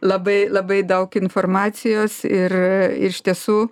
labai labai daug informacijos ir iš tiesų